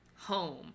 home